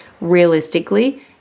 realistically